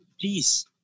Please